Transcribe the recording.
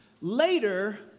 later